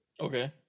Okay